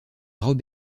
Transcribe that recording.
robe